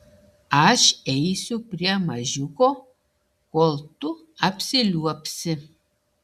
aš eisiu prie mažiuko kol tu apsiliuobsi